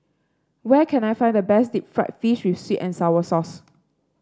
where can I find the best Deep Fried Fish with sweet and sour sauce